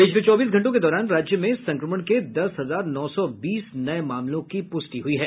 पिछले चौबीस घंटों के दौरान राज्य में संक्रमण के दस हजार नौ सौ बीस नये मामलों की पुष्टि हुई है